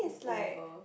over